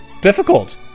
difficult